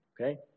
Okay